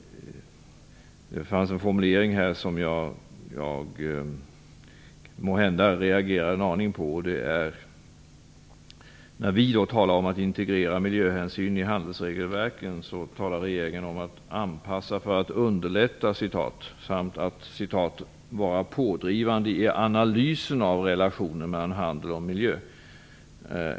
Det fanns en formulering som jag måhända reagerade en aning mot. Vi talar om att integrera miljöhänsyn i handelsregelverket. Då talar regeringen om att anpassa för att underlätta samt att vara pådrivande i analysen av relationen mellan handel och miljö.